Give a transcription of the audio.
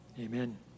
Amen